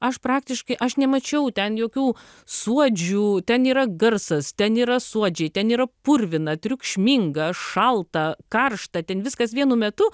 aš praktiškai aš nemačiau ten jokių suodžių ten yra garsas ten yra suodžiai ten yra purvina triukšminga šalta karšta ten viskas vienu metu